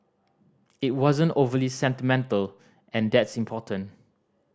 it wasn't overly sentimental and that's important